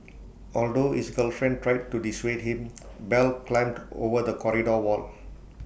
although his girlfriend tried to dissuade him bell climbed over the corridor wall